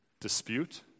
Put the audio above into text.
dispute